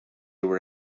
were